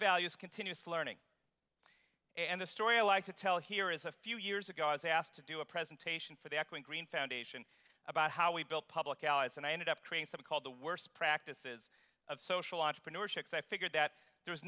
value is continuous learning and the story i like to tell here is a few years ago i was asked to do a presentation for the green foundation about how we built public allies and i ended up trying some called the worst practices of social entrepreneurship so i figured that there was